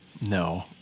No